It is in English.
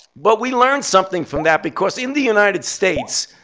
but we learned something from that. because in the united states,